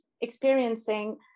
experiencing